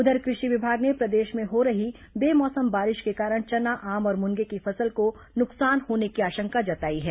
उधर कृषि विभाग ने प्रदेश में हो रही बेमौसम बारिश के कारण चना आम और मुनगे की फसल को नुकसान होने की आशंका जताई है